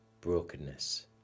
brokenness